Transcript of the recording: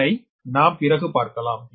இதனை நாம் பிறகு பார்க்கலாம்